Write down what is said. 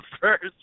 first